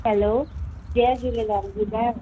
hello जय झूलेलाल ॿुधायो